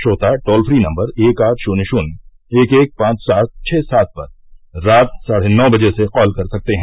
श्रोता toll free number एक आठ शून्य शून्य एक एक पांच सात छ सात पर रात साढे नौ बजे से कॉल कर सकते हैं